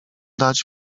dać